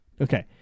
Okay